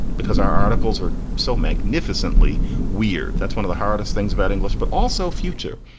because our articles are so magnificently weird. that's one of the hardest things about english, but also future.